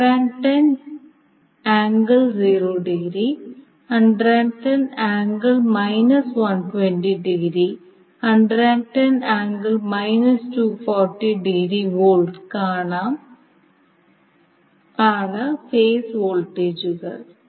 V കാണാം ആണ് phase വോൾട്ടേജുകൾ